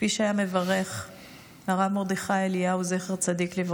כפי שהרב מרדכי אליהו זצ"ל,